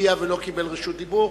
הצביע ולא קיבל רשות דיבור?